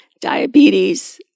Diabetes